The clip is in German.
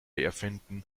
erfinden